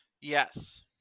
yes